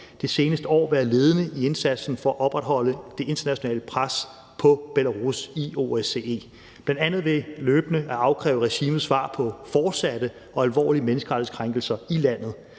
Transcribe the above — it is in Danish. det seneste år været ledende i indsatsen for at opretholde det internationale pres på Belarus i OSCE, bl.a. ved løbende at afkræve regimet svar på fortsatte og alvorlige menneskerettighedskrænkelser i landet.